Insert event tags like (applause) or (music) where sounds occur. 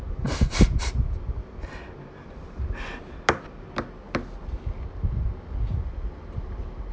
(laughs)